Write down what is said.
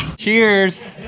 cheers.